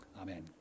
Amen